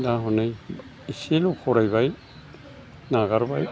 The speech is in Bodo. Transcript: दा हनै एसेल' फरायबाय नागारबाय